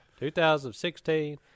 2016